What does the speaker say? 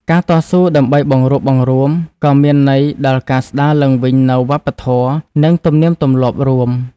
ការតស៊ូដើម្បីបង្រួបបង្រួមក៏មានន័យដល់ការស្តារឡើងវិញនូវវប្បធម៌ និងទំនៀមទម្លាប់រួម។